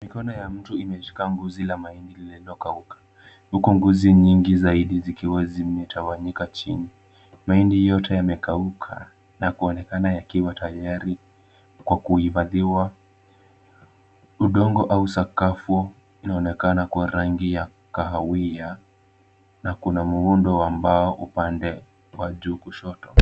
Mikono ya mtu imeshika nguzi la mahindi lililo kauka. Huko nguzili nyingi zaidi zikiwa zimetawanyika chini. Mahindi yote yamekauka, na kuonekana yakiwa tayari kwa kuivaliwa. Udongo au sakafu inaonekana kwa rangi ya kahawia. Na kuna muundo ambao upande wa juu kushoto.